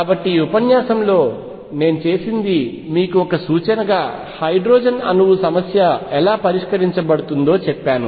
కాబట్టి ఈ ఉపన్యాసంలో నేను చేసినది మీకు ఒక సూచనగా హైడ్రోజన్అణువు సమస్య ఎలా పరిష్కరించబడుతుందో చెప్పాను